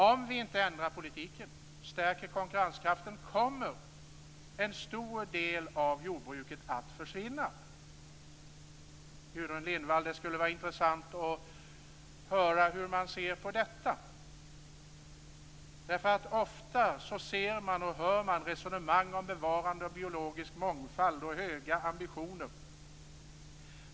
Om vi inte ändrar politiken, stärker konkurrenskraften, kommer en stor del av jordbruket att försvinna. Gudrun Lindvall, det skulle vara intressant att höra hur man ser på detta. Man hör nämligen ofta resonemang om bevarande av biologisk mångfald och höga ambitioner.